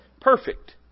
Perfect